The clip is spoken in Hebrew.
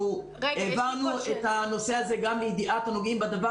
הבאנו את הנושא הזה לידיעת הנוגעים בדבר